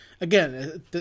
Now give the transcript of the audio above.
again